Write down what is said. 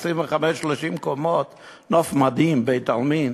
25, 30 קומות, נוף מדהים, בית-עלמין.